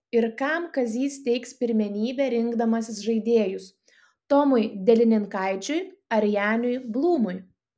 ir kam kazys teiks pirmenybę rinkdamasis žaidėjus tomui delininkaičiui ar janiui blūmui